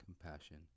compassion